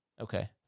okay